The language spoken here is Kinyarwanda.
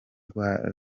rwa